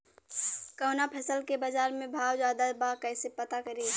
कवना फसल के बाजार में भाव ज्यादा बा कैसे पता करि?